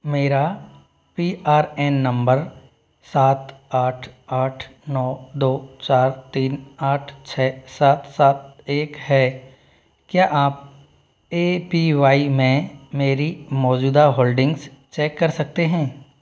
मेरा P R N number सात आठ आठ नौ दो चार तीन आठ छः सात सात एक है क्या आप ए पी वाई में मेरी मौजूदा होल्डिंग्स चेक कर सकते हैं